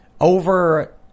Over –